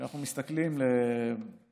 כשאני מסתכל גם